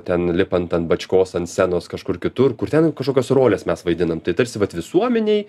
ten lipant ant bačkos ant scenos kažkur kitur kur ten kažkokias roles mes vaidinam tai tarsi vat visuomenėj